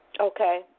Okay